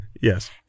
yes